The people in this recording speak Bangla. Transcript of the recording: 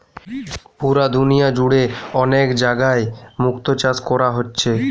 পুরা দুনিয়া জুড়ে অনেক জাগায় মুক্তো চাষ কোরা হচ্ছে